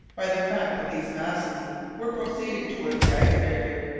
by the fact that these masses were proceeding towards the iceberg barrier,